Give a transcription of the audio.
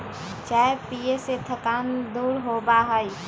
चाय पीये से थकान दूर होबा हई